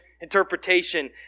interpretation